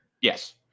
Yes